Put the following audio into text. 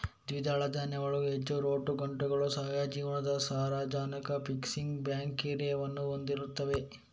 ದ್ವಿದಳ ಧಾನ್ಯಗಳು ಹೆಚ್ಚು ರೂಟ್ ಗಂಟುಗಳು, ಸಹ ಜೀವನದ ಸಾರಜನಕ ಫಿಕ್ಸಿಂಗ್ ಬ್ಯಾಕ್ಟೀರಿಯಾವನ್ನು ಹೊಂದಿರುತ್ತವೆ